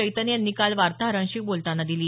चैतन्य यांनी काल वार्ताहरांशी बोलतांना दिली